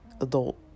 adult